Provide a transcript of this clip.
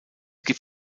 gibt